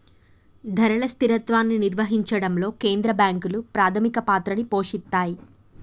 ధరల స్థిరత్వాన్ని నిర్వహించడంలో కేంద్ర బ్యాంకులు ప్రాథమిక పాత్రని పోషిత్తాయ్